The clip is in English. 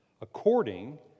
According